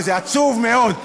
וזה עצוב מאוד.